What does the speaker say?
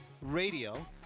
Radio